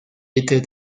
était